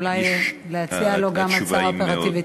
אולי להציע לו גם הצעה אופרטיבית.